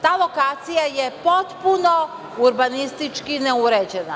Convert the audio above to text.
Ta lokacija je potpuno urbanistički neuređena.